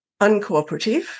uncooperative